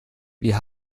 wir